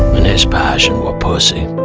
and his passion were pussy